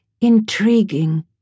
intriguing